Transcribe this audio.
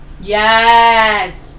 Yes